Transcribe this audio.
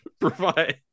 provide